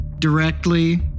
directly